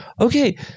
Okay